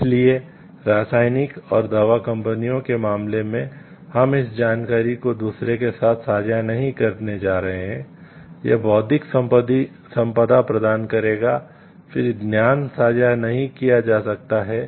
इसलिए रासायनिक और दवा कंपनियों के मामले में हम इस जानकारी को दूसरों के साथ साझा नहीं करने जा रहे हैं यह बौद्धिक संपदा प्रदान करेगा फिर ज्ञान साझा नहीं किया जा सकता है